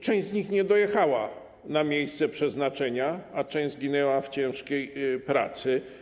Część z nich nie dojechała na miejsce przeznaczenia, a część zginęła w warunkach ciężkiej pracy.